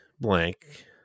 blank